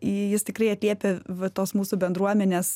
jis tikrai atliepia va tos mūsų bendruomenės